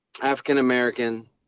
African-American